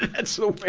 that's so.